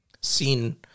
seen